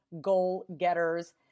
goal-getters